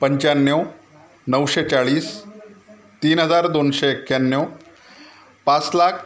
पंचाण्णव नऊशे चाळीस तीन हजार दोनशे एक्याण्णव पाच लाख